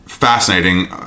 Fascinating